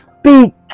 speak